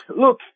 look